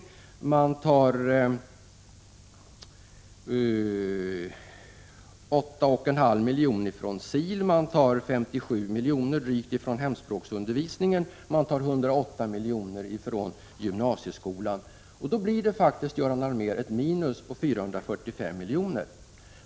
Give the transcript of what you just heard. De tar vidare 8,5 miljoner från SIL och drygt 57 miljoner från hemspråksundervisningen. De tar 108 miljoner från gymnasieskolan. Då blir det faktiskt, Göran Allmér, ett minus på 445 milj.kr.